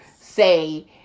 say